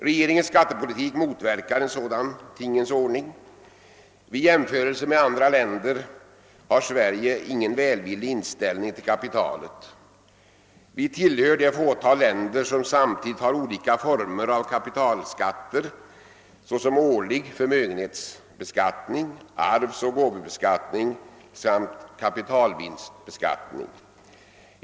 Regeringens skattepolitik motverkar en sådan tingens ordning. Vid jämförelse med andra länder har Sverige ingen välvillig inställning till kapitalet. Vi tillhör det fåtal länder som samtidigt har olika former av kapitalskatter, såsom årlig förmögenhetsbeskattning, arvsoch gåvobeskattning samt kapitalvinstbeskattning.